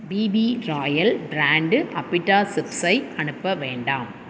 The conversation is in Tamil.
பிபி ராயல் பிராண்டு அப்பிடாஸ் சிப்ஸை அனுப்ப வேண்டாம்